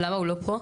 למה הוא לא פה?